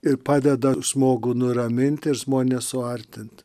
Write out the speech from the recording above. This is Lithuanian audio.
ir padeda žmogų nuraminti žmones suartinti